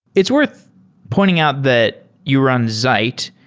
it's worth pointing out that you run zeit,